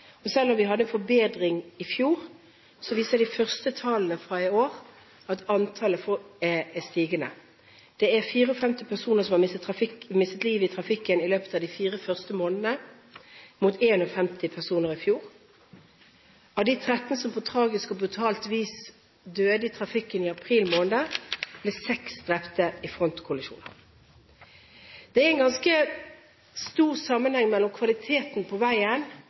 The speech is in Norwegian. Selv om vi hadde forbedring i fjor, viser de første tallene fra i år at antallet er stigende. Det er 54 personer som har mistet livet i trafikken i løpet av de fire første månedene, mot 51 personer i fjor. Av de 13 som på tragisk og brutalt vis døde i trafikken i april måned, ble seks drept i frontkollisjon. Det er en ganske stor sammenheng mellom kvaliteten på